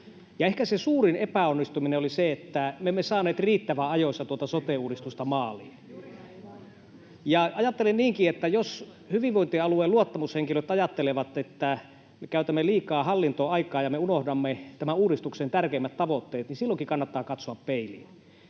Ehkä se suurin epäonnistuminen oli se, että me emme saaneet riittävän ajoissa tuota sote-uudistusta maaliin. Ja ajattelen niinkin, että jos hyvinvointialueen luottamushenkilöt ajattelevat, että me käytämme liikaa hallintoon aikaa ja me unohdamme tämän uudistuksen tärkeimmät tavoitteet, niin silloinkin kannattaa katsoa peiliin.